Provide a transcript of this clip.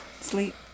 Sleep